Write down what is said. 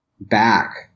back